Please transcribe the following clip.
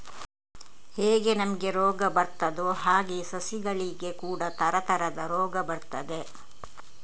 ಹೇಗೆ ನಮಿಗೆ ರೋಗ ಬರ್ತದೋ ಹಾಗೇ ಸಸಿಗಳಿಗೆ ಕೂಡಾ ತರತರದ ರೋಗ ಬರ್ತದೆ